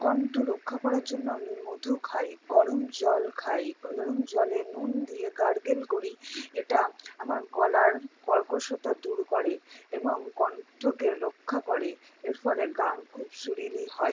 কণ্ঠ রক্ষা করার জন্য আমি মধু খাই গরম জল খাই গরম জলে নুন দিয়ে গারগেল করি এটা আমার গলার কর্কশতা দূর করে এবং কণ্ঠকে রক্ষা করে এর ফলে গান খুব সুরিলি হয়